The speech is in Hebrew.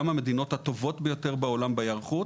גם המדינות הטובות ביותר בעולם בהיערכות,